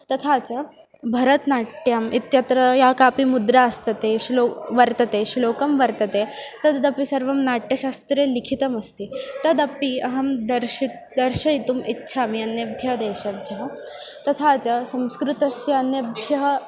तथा च भरतनाट्यम् इत्यत्र या कापि मुद्रा अस्ति ते श्लोके वर्तते श्लोकं वर्तते तदपि सर्वं नाट्यशास्त्रे लिखितमस्ति तदपि अहं दर्शयितुं दर्शयितुम् इच्छामि अन्येभ्यः देशभ्यः तथा च संस्कृतस्य अन्येभ्यः